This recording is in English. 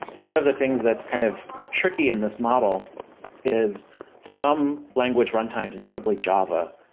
one of the things that's kind of tricky in this model is some language runtimes, notably java.